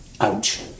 Ouch